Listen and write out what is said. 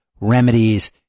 remedies